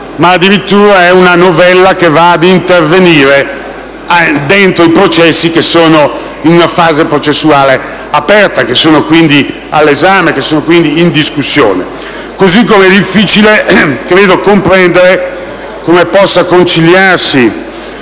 ma addirittura è una novella che va ad intervenire dentro i processi che sono in una fase processuale aperta e che sono, quindi, all'esame e in discussione. È altrettanto difficile comprendere come possa conciliarsi